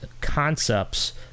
concepts